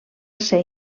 ser